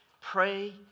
Pray